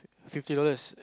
fifty dollars